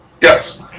Yes